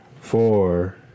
four